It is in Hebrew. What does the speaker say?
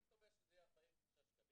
אני קובע שזה יהיה 49 שקלים,